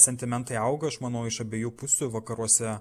sentimentai auga aš manau iš abiejų pusių vakaruose